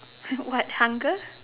what hunger